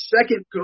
second